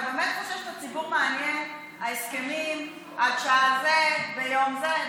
אתה באמת חושב שאת הציבור מעניין ההסכמים על שעה זו ביום זה?